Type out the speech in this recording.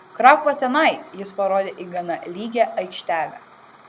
krauk va tenai jis parodė į gana lygią aikštelę